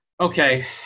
Okay